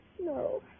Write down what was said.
No